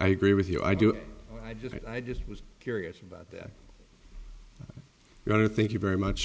i agree with you i do i just i just was curious about that going to thank you very much